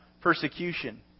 persecution